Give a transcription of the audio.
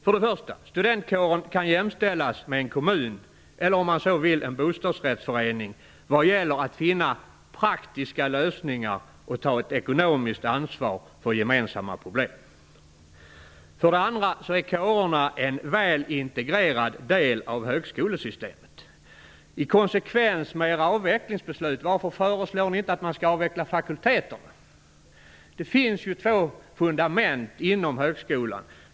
För det första kan studentkåren jämställas med en kommun eller, om man så vill, en bostadsrättsförening vad gäller att man skall finna praktiska lösningar på och ta ett ekonomiskt ansvar för gemensamma problem. För det andra är kårerna en väl integrerad del av högskolesystemet. Varför föreslår ni inte, i konsekvens med era avvecklingsbeslut, att fakulteterna skall avvecklas? Det finns ju två fundament inom högskolan.